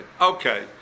Okay